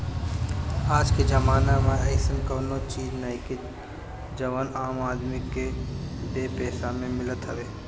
आजके जमाना में अइसन कवनो चीज नइखे जवन आम आदमी के बेपैसा में मिलत होखे